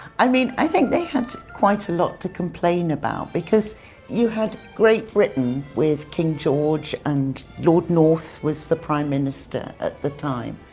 i mean i think they had quite a lot to complain about because you had great britain with king george and lord north was the prime minister at the time,